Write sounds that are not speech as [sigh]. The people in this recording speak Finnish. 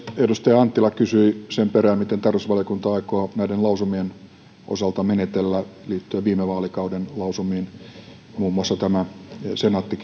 edustaja anttila kysyi sen perään miten tarkastusvaliokunta aikoo näiden lausumien osalta menetellä liittyen viime vaalikauden lausumiin muun muassa tämä senaatti [unintelligible]